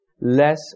less